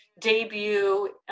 debut